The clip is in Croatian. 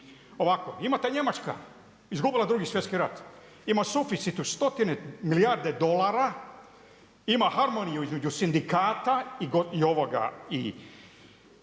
Ovako imate Njemačka, izgubila 2 sv. rat. Ima suficit u stotine milijarde dolara, ima harmoniju između sindikata i gospodarstva,